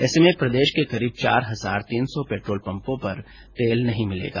ऐसे में प्रदेश के करीब चार हजार तीन सौ पेट्रोल पम्पों पर तेल नहीं मिलेगा